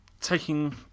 taking